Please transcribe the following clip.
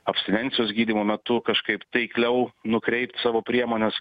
abstinencijos gydymo metu kažkaip taikliau nukreipt savo priemones